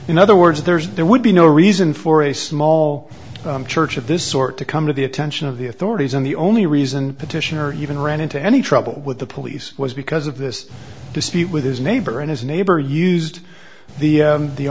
in other words there's there would be no reason for a small church of this sort to come to the attention of the authorities and the only reason petitioner even ran into any trouble with the police was because of this dispute with his neighbor and his neighbor used the